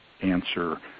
answer